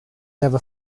never